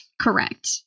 Correct